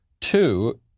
Two